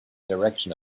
direction